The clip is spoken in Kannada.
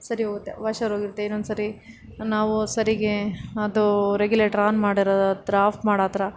ಸರಿ ಹೋಗುತ್ತೆ ವಾಷರ್ ಹೋಗಿರುತ್ತೆ ಇನ್ನೊಂದ್ಸರಿ ನಾವು ಸರಿಗೆ ಅದು ರೆಗ್ಯುಲೇಟರ್ ಆನ್ ಮಾಡಿರೋ ಹತ್ರ ಆಫ್ ಮಾಡೋ ಹತ್ರ